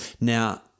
Now